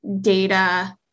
data